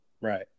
Right